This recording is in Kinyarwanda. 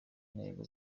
ntego